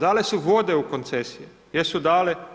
Dali su vode u koncesije, jesu dali?